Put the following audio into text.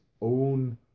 own